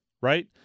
right